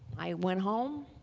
i went home,